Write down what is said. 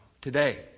today